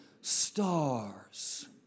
stars